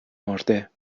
مرده